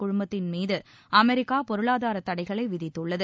குழுமத்தின் மீது அமெரிக்கா பொருளாதார தடைகளை விதித்துள்ளது